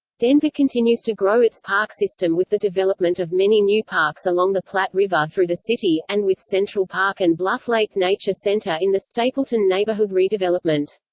denver continues to grow its park system with the development of many new parks along the platte river through the city, and with central park and bluff lake nature center in the stapleton neighborhood redevelopment.